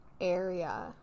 area